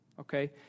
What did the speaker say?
okay